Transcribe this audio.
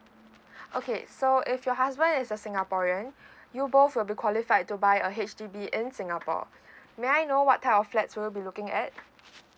okay so if your husband is a singaporean you both will be qualified to buy a H_D_B in singapore may I know what type of flats you'll be looking at